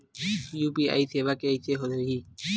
UPI सेवा के कइसे होही?